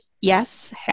yes